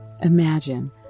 imagine